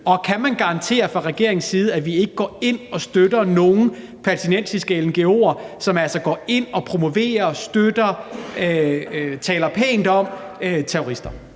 og kan man fra regeringens side garantere, at vi ikke går ind og støtter nogen palæstinensiske ngo'er, som altså går ind og promoverer og støtter og taler pænt om terrorister?